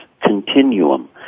continuum